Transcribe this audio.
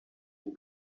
and